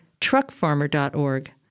truckfarmer.org